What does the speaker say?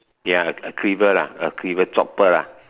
ya a cleaver lah a cleaver chopper lah